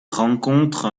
rencontre